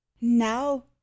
Now